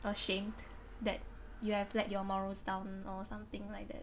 ashamed that you have let your morals down or something like that